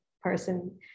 person